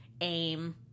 aim